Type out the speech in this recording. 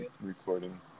recording